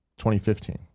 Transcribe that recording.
2015